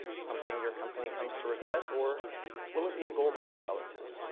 something your company comes to regret? or will it be a golden skeleton?